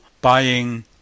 buying